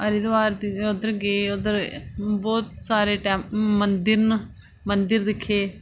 हरिद्वार गे ते उद्धर बहुत सारे मंदिर न मंदिर दिक्खे